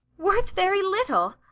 worth very little!